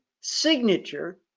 signature